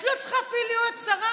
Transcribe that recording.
את לא צריכה אפילו להיות שרה,